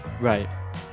Right